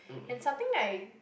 and something like